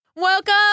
Welcome